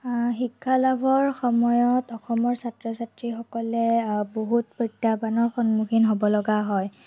শিক্ষা লাভৰ সময়ত অসমৰ ছাত্ৰ ছাত্ৰীসকলে বহুত প্ৰত্যাহ্বানৰ সন্মুখীন হ'ব লগা হয়